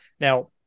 Now